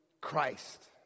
Christ